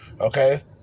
Okay